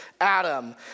Adam